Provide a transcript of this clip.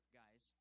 guys